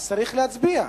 אז צריך להצביע.